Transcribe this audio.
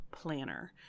Planner